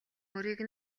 мөрийг